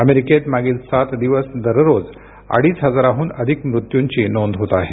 अमेरिकेत मागील सात दिवस दररोज अडीच हजारांहून अधिक मृत्युंची नोंद होत आहे